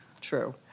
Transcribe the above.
true